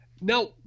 Now